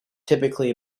typically